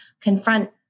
confront